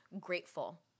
grateful